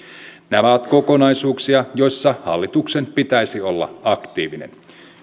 nämä ovat kokonaisuuksia joissa hallituksen pitäisi olla aktiivinen